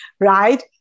right